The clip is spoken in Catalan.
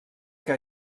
que